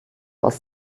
aus